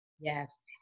Yes